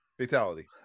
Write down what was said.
Fatality